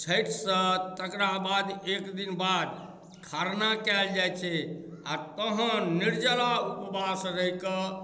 छठिसँ तकराबाद एक दिन बाद खरना कयल जाइत छै आ तहन निर्जला उपवास रहि कऽ